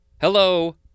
Hello